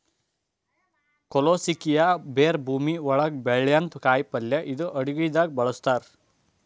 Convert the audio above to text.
colocasia ಬೇರ್ ಭೂಮಿ ಒಳಗ್ ಬೆಳ್ಯಂಥ ಕಾಯಿಪಲ್ಯ ಇದು ಅಡಗಿದಾಗ್ ಬಳಸ್ತಾರ್